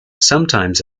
sometimes